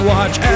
Watch